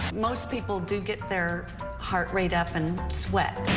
most people do get their heart rate up and sweat.